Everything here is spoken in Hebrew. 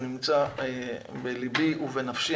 הוא נמצא בליבי ובנפשי.